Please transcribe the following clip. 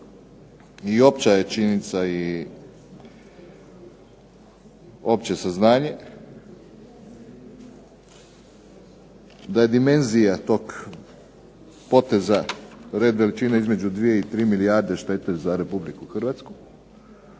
i opća je činjenica i opće saznanje da je dimenzija tog poteza red veličine između 2 i 3 milijarde štete za Republiku Hrvatsku